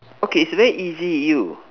okay is very easy you